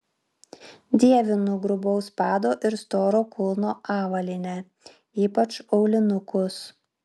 dievinu grubaus pado ir storo kulno avalynę ypač aulinukus